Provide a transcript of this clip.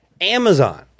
Amazon